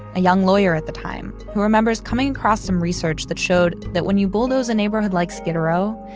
a young lawyer at the time who remembers coming across some research that showed that when you bulldoze a neighborhood like skid row,